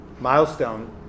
milestone